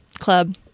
club